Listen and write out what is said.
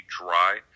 dry